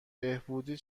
بهبودی